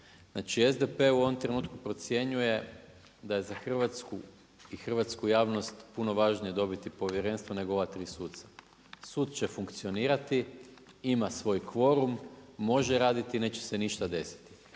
znači SDP u ovom trenutku procjenjuje da je za Hrvatsku i hrvatsku javnost puno važnije dobiti povjerenstvo, nego ova 3 suca. Sud će funkcionirati, ima svoj kvorum, može raditi i neće se ništa desiti.